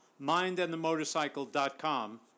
MindAndTheMotorcycle.com